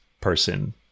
person